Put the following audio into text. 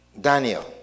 Daniel